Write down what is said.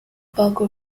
paco